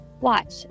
Watch